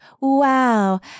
Wow